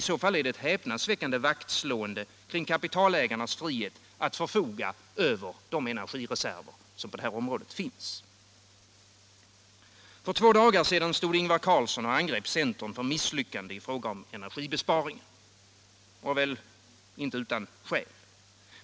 I så fall är det ett häpnadsväckande vaktslående om kapitalägarnas frihet att förfoga över energireserverna på detta område. För två dagar sedan stod Ingvar Carlsson och angrep centern för att ha misslyckats i fråga om energibesparing, och detta väl inte utan skäl.